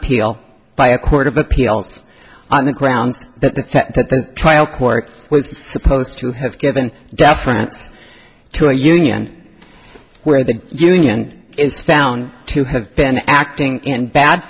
appeal by a court of appeals on the grounds that the fact that the trial court was supposed to have given deference to a union where the union is found to have been acting in bad